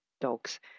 dogs